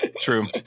true